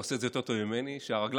אתה עושה את זה יותר טוב ממני: כשהרגליים